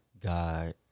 God